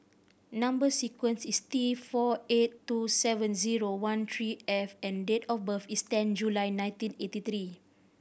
number sequence is T four eight two seven zero one three F and date of birth is ten July nineteen eighty three